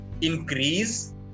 increase